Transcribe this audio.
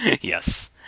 yes